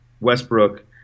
Westbrook